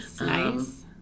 Nice